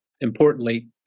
importantly